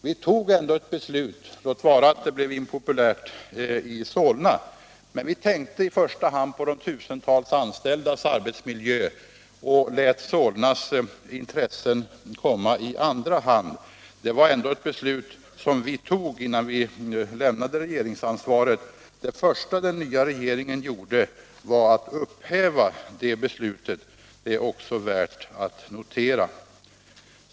Låt vara att beslutet blev impopulärt i Solna, men vi tänkte i första hand på de tusental anställdas arbetsmiljö och lät Solnas intressen komma i andra hand. Det första den nya regeringen gjorde var att upphäva detta vårt beslut. Det är också värt att notera.